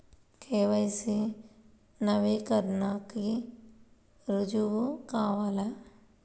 KYC నవీకరణకి రుజువు కావాలా?